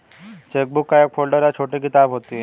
chequebook एक folder या छोटी किताब होती है